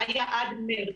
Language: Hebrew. היה עד מארס.